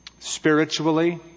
spiritually